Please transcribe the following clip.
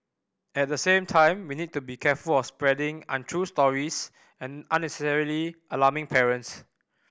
at the same time we need to be careful of spreading untrue stories and unnecessarily alarming parents